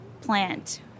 plant